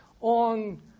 on